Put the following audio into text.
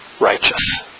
righteous